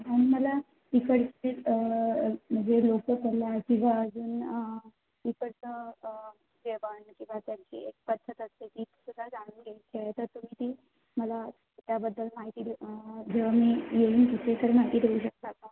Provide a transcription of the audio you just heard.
आणि मला इकडचे म्हणजे लोककला किंवा अजून इकडचं जेवण किंवा त्यांची एक पद्धत असते ती सुद्धा जाणून घ्यायची आहे तर तुम्ही ती मला त्याबद्दल माहिती देऊ जेव्हा मी येईन तिथे तर माहिती देऊ शकता का